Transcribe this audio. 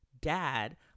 dad